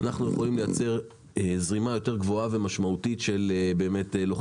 אנחנו יכולים לייצר זרימה יותר גבוהה ומשמעותית של לוחמים